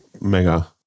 mega